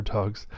Dogs